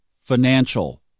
financial